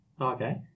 okay